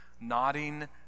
nodding